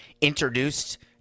introduced